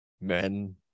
men